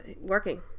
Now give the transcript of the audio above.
working